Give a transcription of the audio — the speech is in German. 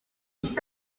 ich